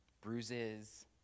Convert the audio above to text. bruises